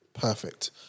Perfect